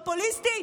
פופוליסטי?